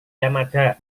yamada